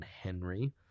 Henry